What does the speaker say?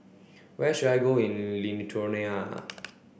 where should I go in Lithuania